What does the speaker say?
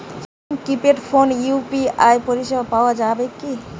সাধারণ কিপেড ফোনে ইউ.পি.আই পরিসেবা পাওয়া যাবে কিনা?